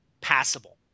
passable